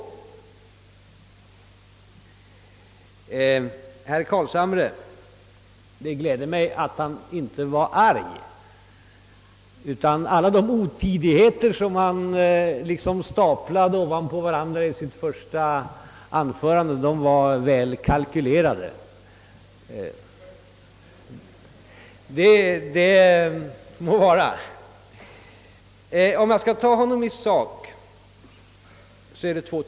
Till herr Carlshamre vill jag säga att det gläder mig att han inte var arg. Alla de otidigheter han staplade ovanpå varandra i sitt första inlägg var alltså väl kalkylerade. För att gå in på sak är det två ting i hans anförande som jag vill ta upp.